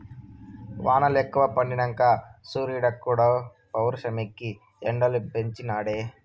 వానలెక్కువ పడినంక సూరీడుక్కూడా పౌరుషమెక్కి ఎండలు పెంచి నాడే